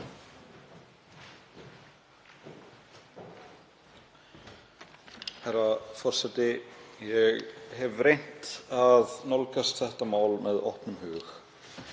Herra forseti. Ég hef reynt að nálgast þetta mál með opnum hug